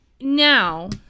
now